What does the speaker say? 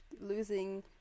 losing